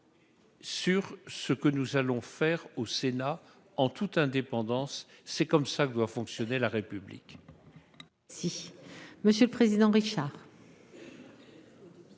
Sur ce que nous allons faire au Sénat en toute indépendance, c'est comme ça que doit fonctionner la république.